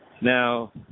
Now